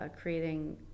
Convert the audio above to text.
creating